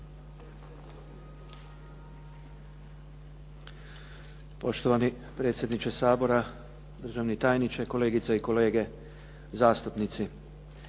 Poštovani predsjedniče Sabora, državni tajniče, kolegice i kolege zastupnici.